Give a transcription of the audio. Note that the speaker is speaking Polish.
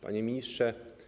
Panie Ministrze!